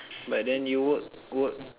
but then you work work